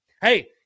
Hey